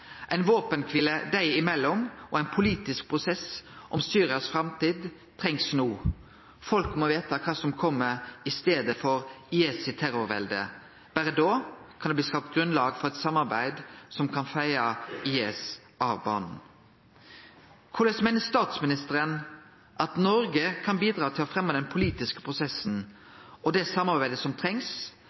og ein politisk prosess om Syrias framtid trengst no. Folk må vite kva som kjem i staden for IS sitt terrorvelde. Berre da kan det bli skapt grunnlag for eit samarbeid som kan feie IS av banen. Korleis meiner statsministeren at Noreg kan bidra til å fremje den politiske prosessen og det samarbeidet som trengst